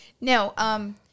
No